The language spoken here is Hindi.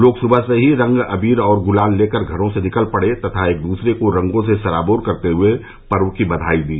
लोग सुबह से ही रंग अबीर और गुलाल लेकर घरो से निकल पड़े तथा एक दूसरे को रंगो से सराबोर करते हुए पर्व की बधाई दी